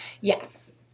Yes